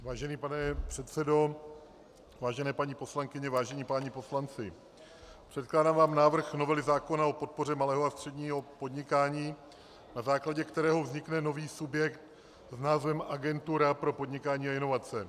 Vážený pane předsedo, vážené paní poslankyně, vážení páni poslanci, předkládám vám návrh novely zákona o podpoře malého a středního podnikání, na základě kterého vznikne nový subjekt s názvem Agentura pro podnikání a inovace.